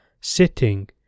sitting